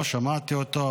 לא שמעתי אותו,